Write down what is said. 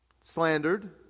slandered